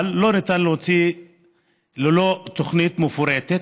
אבל לא ניתן להוציאו ללא תוכנית מפורטת,